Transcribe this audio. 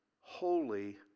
holy